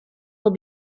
will